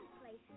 places